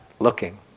looking